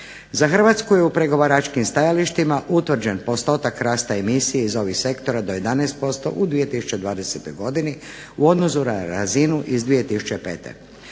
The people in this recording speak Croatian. Za Hrvatsku je u pregovaračkim stajalištima utvrđen postotak rasta emisije iz ovih sektora do 11% u 2020. godinu u odnosu na razinu iz 2005. Obzirom